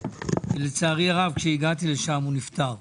לצערי הרב, כשהגעתי לשם הוא נפטר.